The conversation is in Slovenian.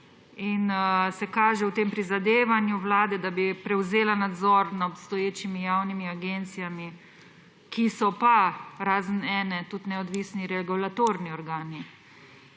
in se kaže v tem prizadevanju vlade, da bi prevzela nadzor nad obstoječimi javnimi agencijami, ki so pa, razen ene, tudi neodvisni regulatorni organi.